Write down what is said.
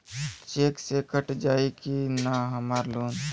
Check से cut जाई की ना हमार लोन?